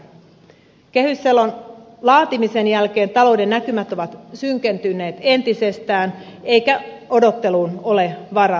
kehysselonteon laatimisen jälkeen talouden näkymät ovat synkentyneet entisestään eikä odotteluun ole varaa